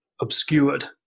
obscured